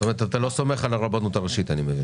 אתה לא סומך על הרבנות הראשית.